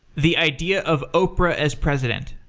the idea of oprah as president?